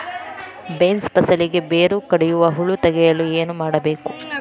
Beans ಫಸಲಿಗೆ ಬೇರು ಕಡಿಯುವ ಹುಳು ತಡೆಯಲು ಏನು ಮಾಡಬೇಕು?